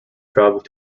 travelled